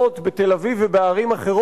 הממשלה תמכה בהפרטה של הגנים הלאומיים.